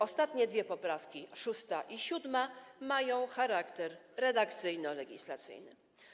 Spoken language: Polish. Ostatnie dwie poprawki, 6. i 7., mają charakter redakcyjno-legislacyjny.